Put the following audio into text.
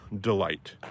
delight